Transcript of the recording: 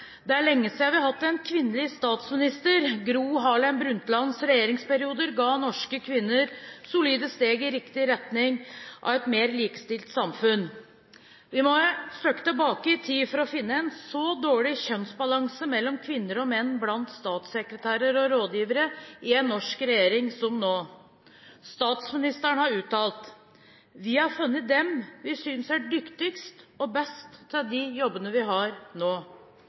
«Det er lenge siden vi har hatt kvinnelig statsminister. Gro Harlem Brundtlands regjeringsperioder ga norske kvinner solide steg i retning av et mer likestilt samfunn. Vi må et stykke tilbake i tid for å finne en så dårlig kjønnsbalanse mellom kvinner og menn blant statssekretærer og rådgivere i en norsk regjering som nå. Statsministeren har uttalt: «Vi har funnet dem vi synes er dyktigst og best til de jobbene vi har nå.»